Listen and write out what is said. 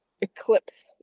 eclipse